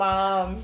Mom